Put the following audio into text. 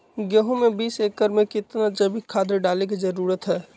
गेंहू में बीस एकर में कितना जैविक खाद डाले के जरूरत है?